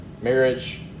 marriage